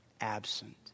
Absent